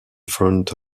front